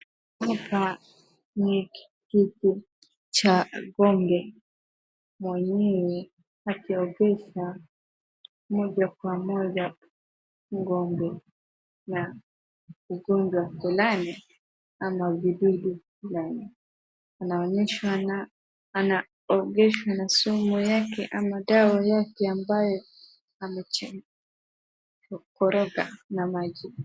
Hapa ni kituo cha ng'ombe mwenye akiogesha moja kwa moja ng'ombe na ugonjwa fulani ama vidudu fulani anaonyeshwa na anaogeshwa na sumu yake ama dawa yake ambayo amekoroga na maji.